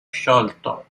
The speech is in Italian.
sciolto